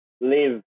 live